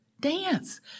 Dance